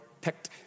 picked